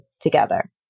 together